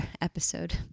episode